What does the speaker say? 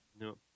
No